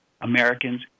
Americans